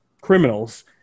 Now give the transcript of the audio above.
criminals